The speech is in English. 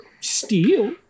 steal